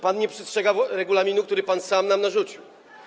Pan nie przestrzega regulaminu, który pan sam nam narzucił.